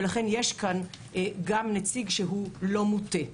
ולכן יש כאן גם נציג שהוא לא מוטה.